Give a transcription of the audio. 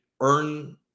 earn